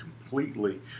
completely